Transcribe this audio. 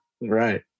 Right